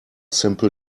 simple